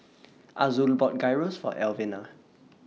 Azul bought Gyros For Elvina